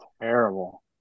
Terrible